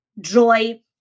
joy